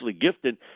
gifted